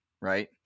right